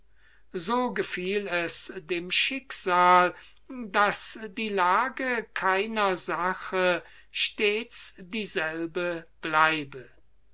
so gefiel es dem schicksal daß die lage keiner sache stets dieselbe bleibe